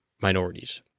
minorities